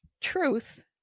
truth